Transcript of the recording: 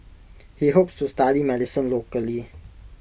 he hopes to study medicine locally